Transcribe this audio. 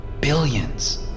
billions